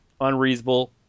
unreasonable